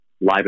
Live